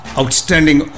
outstanding